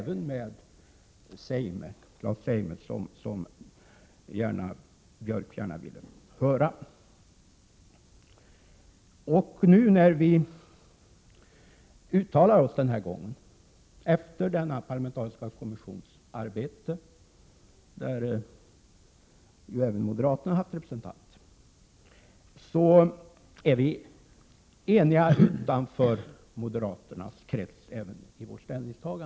Det gäller även materialet från utfrågningarna med Claes Zeime, som Björck gärna ville höra. När vi efter denna parlamentariska kommissions arbete — även moderaterna har haft en representant i kommissionen — uttalar oss är vi eniga utanför moderaternas krets.